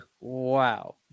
Wow